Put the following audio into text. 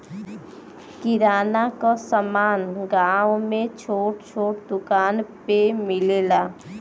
किराना क समान गांव में छोट छोट दुकानी पे मिलेला